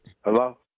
Hello